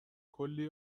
کلی